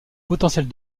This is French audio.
potentiels